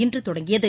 இன்றுதொடங்கியது